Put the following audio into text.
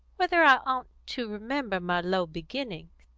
whether i oughtn't to remember my low beginnings.